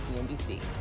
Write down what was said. CNBC